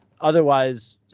otherwise